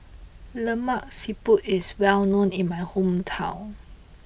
Lemak Siput is well known in my hometown